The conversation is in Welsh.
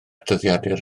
dyddiadur